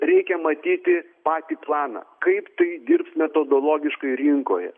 reikia matyti patį planą kaip tai dirbs metodologiškai rinkoje